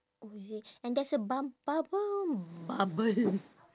oh is it and there's a bum~ bubble bubble